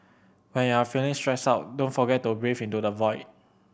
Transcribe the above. when you are feeling stressed out don't forget to breathe into the void